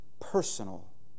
personal